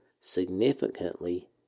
significantly